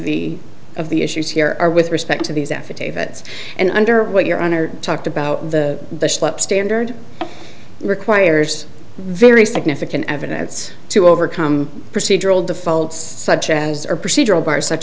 the of the issues here are with respect to these affidavits and under what your honor talked about the standard requires very significant evidence to overcome procedural defaults such as a procedural bar such